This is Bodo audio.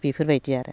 बेफोरबायदि आरो